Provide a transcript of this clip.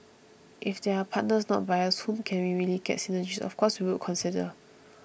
if there are partners not buyers whom we can really get synergies of course we would consider